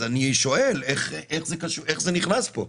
אז אני שואל איך זה נכנס פה.